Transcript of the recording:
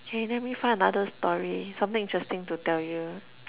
K then let me find another story something interesting to tell you